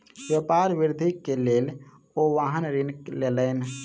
व्यापार वृद्धि के लेल ओ वाहन ऋण लेलैन